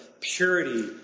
purity